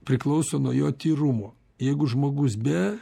priklauso nuo jo tyrumo jeigu žmogus be